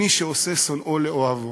מי שעושה שונאו אוהבו".